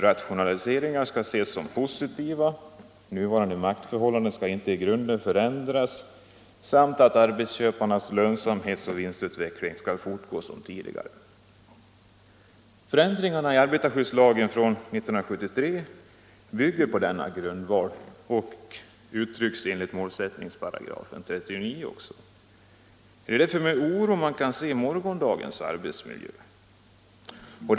Rationaliseringar skall ses som positiva, nuvarande maktförhållanden skall inte i grunden förändras och arbetsköparnas lönsamhets och vinstutveckling skall fortgå som tidigare. Förändringarna i arbetarskyddslagen från 1973 bygger på denna grundval enligt målsättningsparagrafen 39. Det är därför med oro man kan se morgondagens arbetsmiljö an.